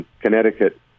Connecticut